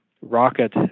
rocket